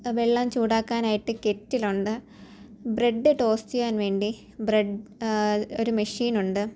വെള്ളം ചൂടാക്കാനായിട്ട് കെറ്റിലുണ്ട് ബ്രഡ് ടോസ്റ്റ് ചെയ്യാൻ വേണ്ടി ബ്രെഡ് ഒരു മെഷീനുണ്ട്